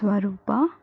స్వరూప